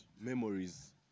memories